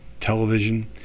television